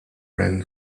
ran